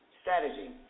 Strategy